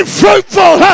fruitful